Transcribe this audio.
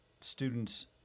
students